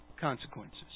consequences